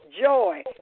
joy